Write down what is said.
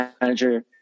manager